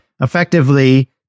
effectively